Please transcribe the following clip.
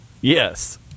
Yes